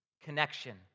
connection